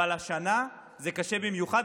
אבל השנה זה קשה במיוחד.